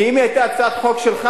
כי אם היא היתה הצעת חוק שלך,